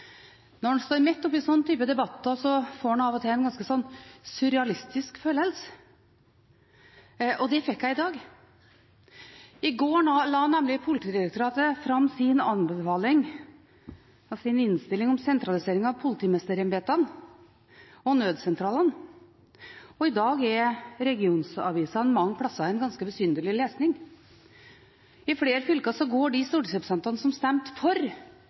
Når en står midt oppi sånne typer debatter, får en av og til en ganske surrealistisk følelse, og det fikk jeg i dag. I går la nemlig Politidirektoratet fram sin anbefaling og innstilling om sentralisering av politimesterembetene og nødsentralene, og i dag er regionavisene mange plasser en ganske besynderlig lesning. I flere fylker går de stortingsrepresentantene som stemte for